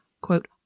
quote